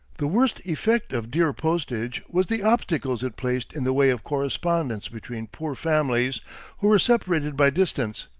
the worst effect of dear postage was the obstacles it placed in the way of correspondence between poor families who were separated by distance.